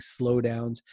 slowdowns